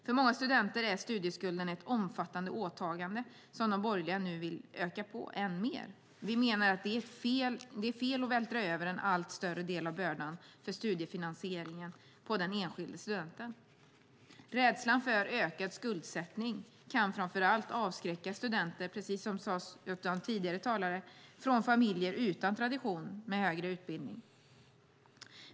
För många studenter är studieskulden ett omfattande åtagande som de borgerliga nu vill öka på. Vi menar att det är fel att vältra över en allt större del av bördan för studiefinansieringen på den enskilde studenten. Rädsla för ökad skuldsättning kan, precis som tidigare talare sade, avskräcka studenter, framför allt från familjer utan tradition av högre utbildning.